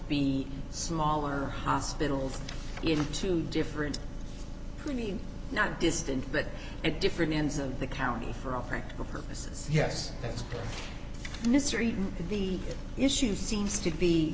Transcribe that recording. be smaller hospitals in two different i mean not distant but at different ends of the county for all practical purposes yes that's mr eaton the issue seems to be